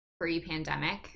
pre-pandemic